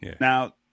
now